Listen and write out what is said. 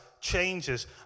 changes